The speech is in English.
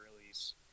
release